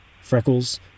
freckles